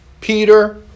Peter